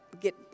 get